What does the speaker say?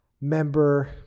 Member